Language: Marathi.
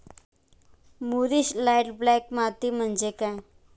मूरिश लाइट ब्लॅक माती म्हणजे काय?